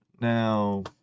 Now